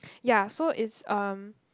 ya so it's um